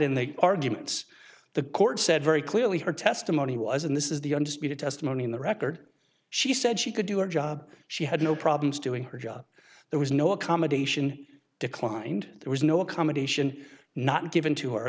in the arguments the court said very clearly her testimony was in this is the undisputed testimony in the record she said she could do her job she had no problems doing her job there was no accommodation declined there was no accommodation not given to her